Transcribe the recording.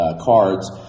cards